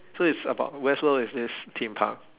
so it's about westworld is this theme park